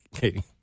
Katie